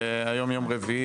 היום יום רביעי,